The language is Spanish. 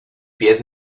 pies